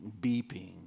beeping